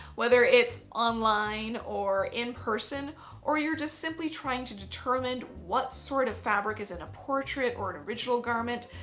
whether it's online or in person or you're just simply trying to determine what sort of fabric is in a portrait or an original garment.